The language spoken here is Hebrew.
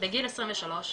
בגיל 23,